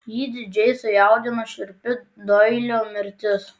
jį didžiai sujaudino šiurpi doilio mirtis